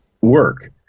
work